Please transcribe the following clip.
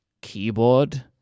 keyboard